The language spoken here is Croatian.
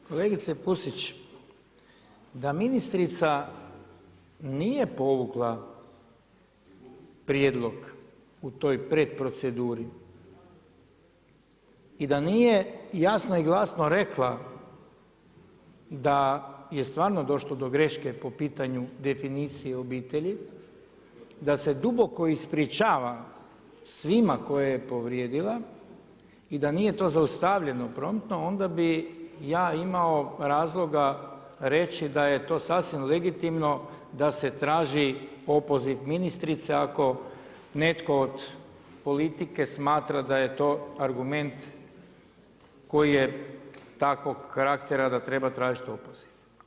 Kolegice Pusić, da ministrica nije povukla prijedlog u toj predproceduri i da nije jasno i glasno rekla da je stvarno došlo do greške po pitanju definicije obitelji, da se duboko ispričava svima koje je povrijedila i da nije to zaustavljeno promptno, onda bih ja imao razloga reći da je to sasvim legitimno da se traži opoziv ministrice ako netko od politike smatra da je to argument koji je takvog karaktera da treba tražiti opoziv.